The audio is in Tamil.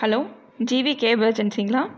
hello GVK வேர்ஜென்சிங்ளா